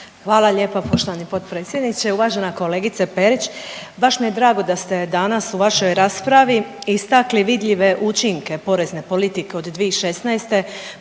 Hvala lijepa poštovani potpredsjedniče. Uvažena kolegice Perić, baš mi je drago da ste danas u vašoj raspravi istakli vidljive učinke porezne politike od 2016.,